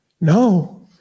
No